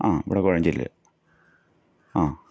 ആ ഇവിടെ കോഴഞ്ചേരിയിൽ ആ